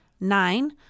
Nine